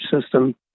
system